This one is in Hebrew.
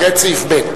תראה את סעיף ב'.